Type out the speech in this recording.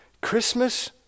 Christmas